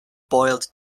boiled